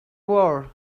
war